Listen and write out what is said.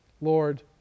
Lord